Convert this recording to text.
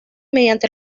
mediante